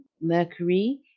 Mercury